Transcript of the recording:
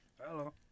Hello